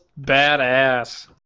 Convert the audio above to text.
badass